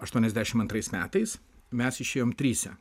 aštuoniasdešim antrais metais mes išėjom trise